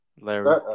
Larry